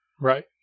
right